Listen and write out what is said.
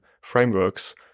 frameworks